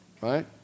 right